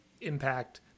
impact